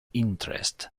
interest